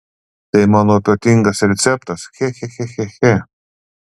tai mano ypatingas receptas che che che che che